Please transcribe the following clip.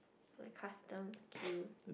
the custom queue